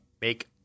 make